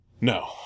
No